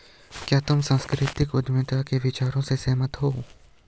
क्या तुम सांस्कृतिक उद्यमिता के विचार से सहमत हो?